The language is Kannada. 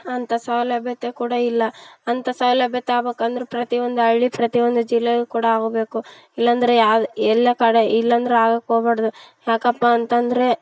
ಅಂತ ಸೌಲಭ್ಯತೆ ಕೂಡ ಇಲ್ಲ ಅಂತ ಸೌಲಭ್ಯತೆ ಆಗ್ಬಕಂದ್ರ್ ಪ್ರತಿ ಒಂದರೆ ಹಳ್ಳಿ ಪ್ರತಿ ಒಂದು ಜಿಲ್ಲೆಯು ಕೂಡ ಆಗಬೇಕು ಇಲ್ಲ ಅಂದರೆ ಯಾವ ಎಲ್ಲ ಕಡೆ ಇಲ್ಲ ಅಂದ್ರೆ ಆಗೋಕ್ ಹೋಗ್ಬಾಡ್ದು ಯಾಕಪ್ಪ ಅಂತಂದರೆ